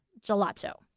gelato